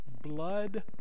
blood